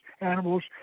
animals